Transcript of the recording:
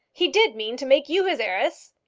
he did mean to make you his heiress?